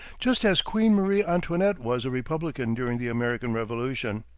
just as queen marie antoinette was a republican during the american revolution.